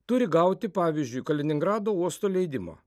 turi gauti pavyzdžiui kaliningrado uosto leidimą